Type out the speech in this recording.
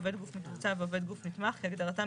עובד גוף מתוקצב ועובד גוף נתמך כהגדרתם